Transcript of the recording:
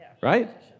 right